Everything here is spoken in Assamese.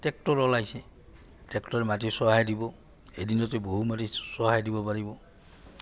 ট্ৰেক্টৰ ওলাইছে ট্ৰেক্টৰে মাটি চহায় দিব এদিনতে বহু মাটি চহাই দিব পাৰিব